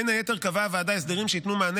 בין היתר קבעה הוועדה הסדרים שייתנו מענה